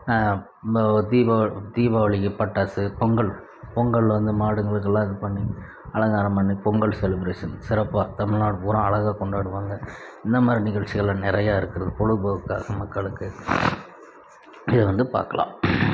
தீபாவளிக்கு பட்டாசு பொங்கல் பொங்கலில் வந்து மாடுங்களுக்கெலாம் இது பண்ணி அலங்காரம் பண்ணி பொங்கல் செலிபிரேசன் சிறப்பாக தமிழ்நாடு பூரா அழகாக கொண்டாடுவாங்க இந்தமாதிரி நிகழ்ச்சிகளெலாம் நிறையா இருக்கிறது பொழுது போக்குக்காக மக்களுக்கு இதை வந்து பார்க்கலாம்